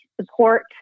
support